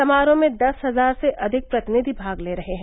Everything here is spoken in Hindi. समारोह में दस हजार से अधिक प्रतिनिधि भाग ले रहे हैं